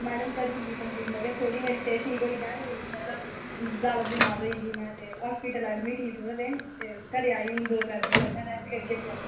madam करी ओड़गी पर थोह्ड़ी मेरी सेह्त ठीक होई जा ना पर जादै बमार ही में ते हॉस्पिटल बमार ही थोह्ड़े दिन ते घरै ई आई दौ त्रै दिन पैह्ले ते रेस्ट करियै भी आई